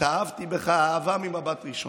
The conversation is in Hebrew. התאהבתי בך אהבה ממבט ראשון,